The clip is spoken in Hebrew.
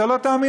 אתה לא תאמין,